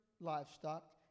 livestock